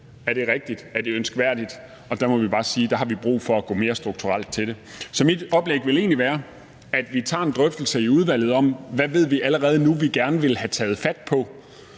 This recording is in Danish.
Er det rigtigt? Er det ønskværdigt? Der må vi bare sige, at vi har brug for at gå mere strukturelt det. Så mit oplæg vil egentlig være, at vi tager en drøftelse i udvalget om, hvad vi allerede nu ved vi gerne vil have taget fat på,